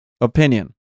opinion